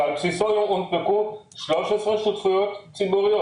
שעל בסיסו הונפקו 13 שותפויות ציבוריות.